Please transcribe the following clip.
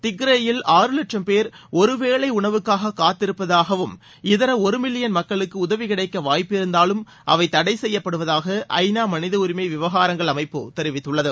திக்ரேயில் ஆறு வட்சம் பேர் ஒரு வேளை உணவுக்காக காத்திருப்பதாகவும் இதர ஒரு மில்லியன் மக்களுக்கு உதவி கிடைக்க வாய்ப்பிருந்தாலும் அவை தடை செய்யப்படுவதாக ஐ நா மனித உரிமை விவகாரங்கள் அமைப்பு தெரிவித்துள்ளது